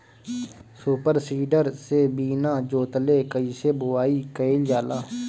Super seeder से बीना जोतले कईसे बुआई कयिल जाला?